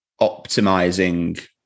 optimizing